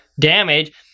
damage